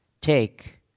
take